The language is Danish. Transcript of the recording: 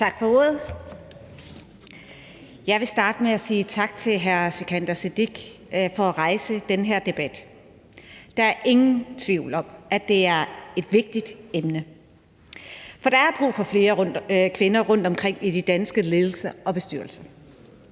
Tak for ordet. Jeg vil starte med at sige tak til hr. Sikandar Siddique for at rejse den her debat. Der er ingen tvivl om, at det er et vigtigt emne, for der er brug for flere kvinder rundtomkring i de danske ledelser og bestyrelser.